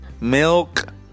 milk